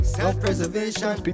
Self-preservation